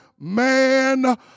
Man